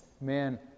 man